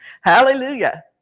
Hallelujah